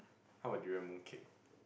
how about durian moon cake